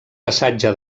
passatge